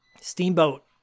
Steamboat